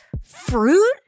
fruit